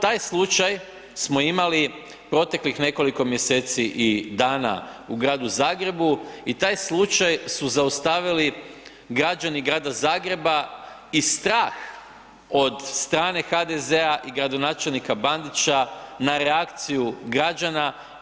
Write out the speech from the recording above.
Taj slučaj smo imali proteklih nekoliko mjeseci i dana u gradu Zagrebu i taj slučaj su zaustavili građani grada Zagreba i strah od strane HDZ-a i gradonačelnika Bandića na reakciju građana.